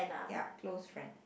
yup close friend